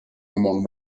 among